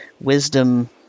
wisdom